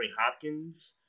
Hopkins